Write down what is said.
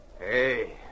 Hey